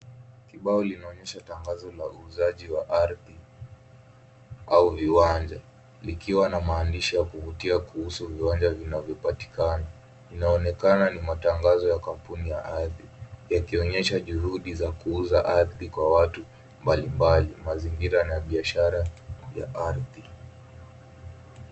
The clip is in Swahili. Kibao linaonyesha tangazo la uuzaji wa ardhi au viwanja. likiwa na maandishi ya kuvutia kuhusu viwanja vinavyopatikana. Linaonekana ni matangazo ya kampuni ya ardhi, yakionyesha juhudi za kuuza au kupiko watu mbalimbali. Mazingira yana biashara ya ardhi.